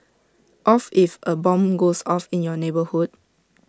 of if A bomb goes off in your neighbourhood